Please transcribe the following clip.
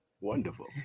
Wonderful